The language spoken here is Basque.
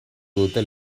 dute